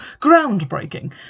groundbreaking